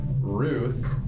Ruth